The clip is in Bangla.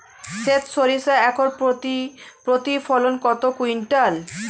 সেত সরিষা একর প্রতি প্রতিফলন কত কুইন্টাল?